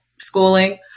schooling